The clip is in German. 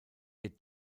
ihr